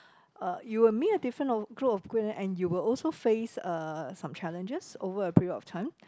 uh you will meet a different uh group of 贵人 and you will also face uh some challenges over a period of time